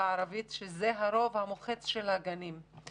הערבית שזה הרוב המוחץ של הגנים בחברה זו.